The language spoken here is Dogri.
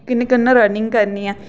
कि कु'न्न कु'न रनिंग करनी ऐ